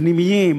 הפנימיים,